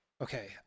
Okay